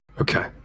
okay